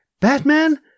Batman